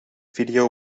video